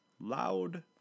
Loud